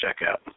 checkout